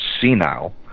senile